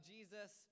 Jesus